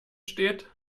steht